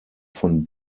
von